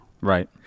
Right